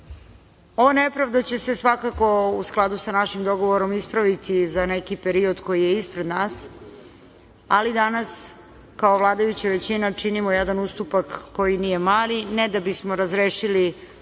nepravda će se svakako u skladu sa našim dogovorom ispraviti za neki period koji je ispred nas, ali danas kao vladajuća većina činimo jedan ustupak koji nije mali, ne da bismo razrešili